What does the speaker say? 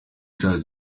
cyacu